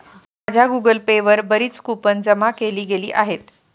माझ्या Google pay वर बरीच कूपन जमा केली गेली आहेत